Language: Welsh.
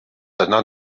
dyna